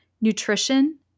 nutrition